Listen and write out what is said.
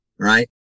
Right